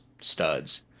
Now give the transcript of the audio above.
studs